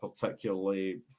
particularly